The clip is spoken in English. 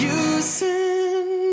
using